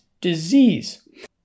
disease